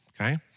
okay